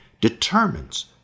determines